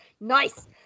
Nice